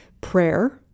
prayer